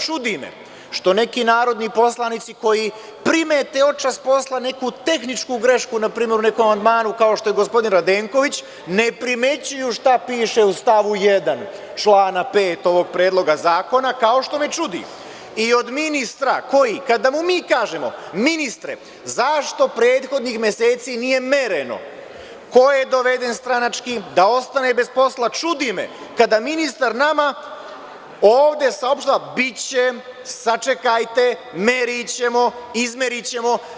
Čudi me što neki narodni poslanici koji primete očas posla neku tehničku grešku u nekom amandmanu, kao što je gospodin Radenković, ne primećuju šta piše u stavu 1. člana 5. ovog predloga zakona, kao što me čudi i od ministra koji kada mu mi kažemo – ministre, zašto prethodnih meseci nije mereno ko je doveden stranački da ostane bez posla, čudi me kada ministar nama ovde saopštava – biće, sačekajte, merićemo, izmerićemo.